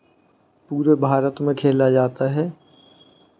पूरे भारत में खेला जाता है